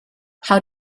how